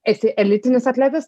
esi elitinis atletas